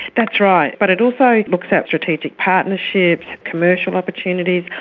that's right, but it also looks at strategic partnerships, commercial opportunities,